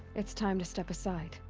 it's time to step aside.